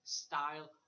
style